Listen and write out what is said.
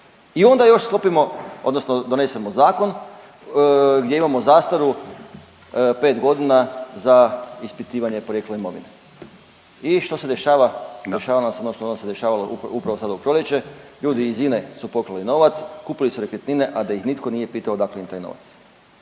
odnosno donesemo zakon gdje imamo zastaru 5 godina za ispitivanje porijekla imovine. I što se dešava? Dešava nam se ono što nam se dešavalo upravo sada u proljeće. Ljudi iz INA-e su pokrali novac, kupili su nekretnine, a da ih nitko nije pitao odakle im taj novac.